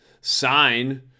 sign